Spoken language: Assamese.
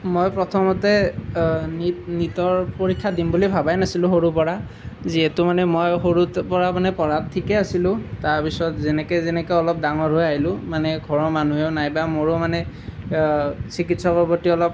মই প্ৰথমতে নিট নিটৰ পৰীক্ষা দিম বুলি ভবাই নাছিলোঁ সৰুৰে পৰা যিহেতু মানে মই সৰুত পৰা মানে পঢ়াত ঠিকেই আছিলোঁ তাৰপিছত যেনেকৈ যেনেকৈ অলপ ডাঙৰ হৈ আহিলোঁ মানে ঘৰৰ মানুহেও নাইবা মোৰো মানে চিকিৎসকৰ প্ৰতি অলপ